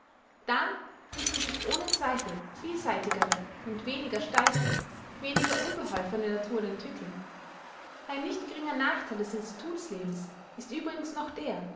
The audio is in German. da müssen sich ohne zweifel vielseitigere und weniger steife weniger unbeholfene naturen entwickeln ein nicht geringer nachtheil des institutlebens ist übrigens noch der